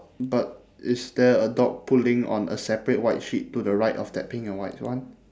but is there a dog pulling on a separate white sheet to the right of that pink and white one